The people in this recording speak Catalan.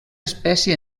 espècie